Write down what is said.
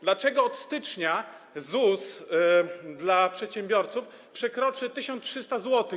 Dlaczego od stycznia ZUS dla przedsiębiorców przekroczy 1300 zł?